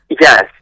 Yes